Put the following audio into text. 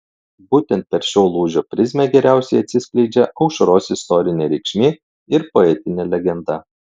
būtent per šio lūžio prizmę geriausiai atsiskleidžia aušros istorinė reikšmė ir poetinė legenda